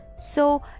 So